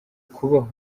kubaha